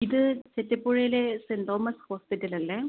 ഇത് ചെത്തിപ്പുഴയിലെ saint thomas hospital അല്ലേ